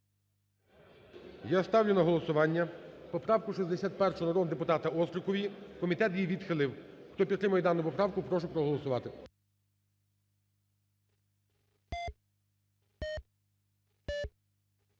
Я ставлю на голосування, поправку 61 народного депутата Острікової, комітет її відхилив. Хто підтримує дану поправку, прошу проголосувати.